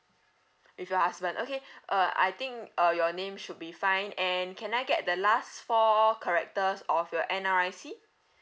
with your husband okay uh I think uh your name should be fine and can I get the last four characters of your N_R_I_C